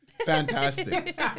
fantastic